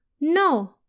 No